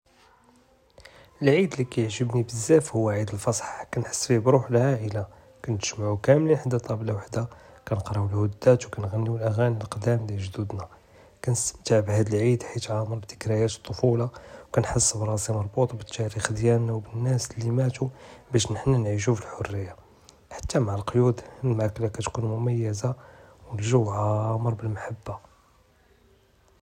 אלעיד לִי כִּיעְ׳גְ׳בּנִי בּזַאפ הוּא עיד אלפִסַח כּנְחס פִיה בּרוּח אלעאִלַה וּכּנתְגַ׳מְעו כּאמְלִין חְדַא טַאבְּלַה וַחְדַה וּכנְקְּראו אלהדַאת וּכנְעְ׳נִיו אלאעְ׳אנִי דִיַאל גְ׳דוּדְנַא וּכנְסְתַמְתִע בּהַאד אלעיד חִית עַאמֶר בּדִכְּרַיַאת אלטְפוּלַה וּכנְחס ראסִי מְרְבּוּט בּתַארִיח דִיַאלְנַא וּבנַאס לִי מַاتو בּאש חְנַא נְעִישו פחֻרִיַה חַתַּא מעא אלקּיוּד אלמַאכְּלַה כּתְכוּן מֻמַיְיזַה ואלג׳וּ עַאמֶר בּאלמַחַבַּה.